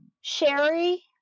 Sherry